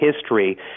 history